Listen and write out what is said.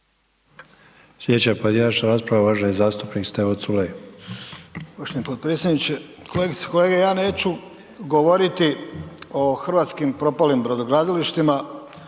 Slijedeća pojedinačna rasprava uvaženi zastupnik Stevo Culej.